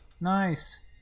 Nice